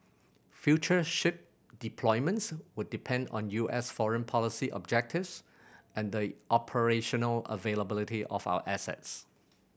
future ship deployments would depend on U S foreign policy objectives and the operational availability of our assets